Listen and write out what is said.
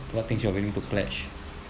what things you are willing to pledge